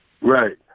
Right